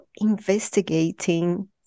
investigating